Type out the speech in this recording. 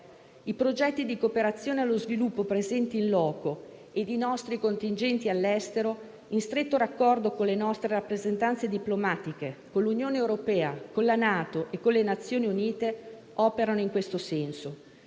I progetti di cooperazione allo sviluppo presenti *in loco* e i nostri contingenti all'estero, in stretto raccordo con le nostre rappresentanze diplomatiche, con l'Unione europea, con la NATO e con le Nazioni Unite, operano in questo senso.